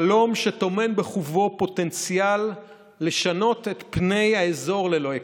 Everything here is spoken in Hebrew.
חלום שטומן בחובו פוטנציאל לשנות את פני האזור ללא הכר.